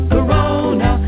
Corona